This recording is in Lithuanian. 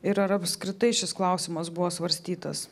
ir ar apskritai šis klausimas buvo svarstytas